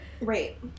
Right